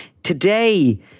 Today